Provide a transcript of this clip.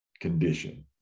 condition